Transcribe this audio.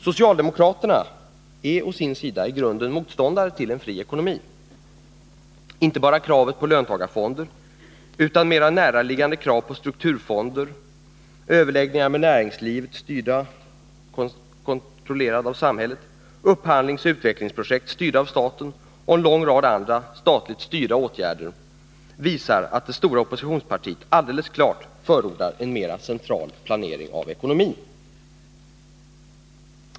Socialdemokraterna är i grunden motståndare till en fri ekonomi. Inte bara kravet på löntagarfonder utan mera näraliggande krav på strukturfonder, överläggningar med näringslivet styrda och kontrollerade av samhället, upphandlingsoch utvecklingsprojekt styrda av staten och en lång rad andra statligt styrda åtgärder visar att det stora oppositionspartiet alldeles klart förordar en mer central planering av ekonomin.